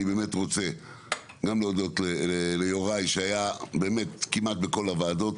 אני באמת רוצה גם להודות ליוראי שהיה באמת כמעט בכל הוועדות,